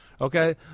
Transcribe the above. okay